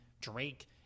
Drake